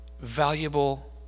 valuable